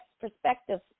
perspective